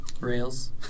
Rails